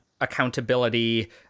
accountability